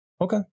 Okay